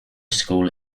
school